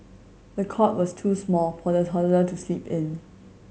the cot was too small for the toddler to sleep in